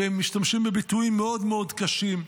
ומשתמשים בביטויים מאוד מאוד קשים.